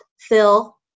Phil